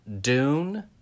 Dune